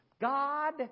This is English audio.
God